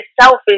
selfish